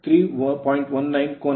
56 90